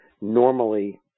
normally